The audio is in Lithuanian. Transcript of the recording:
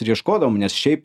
ir ieškodavom nes šiaip